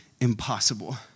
impossible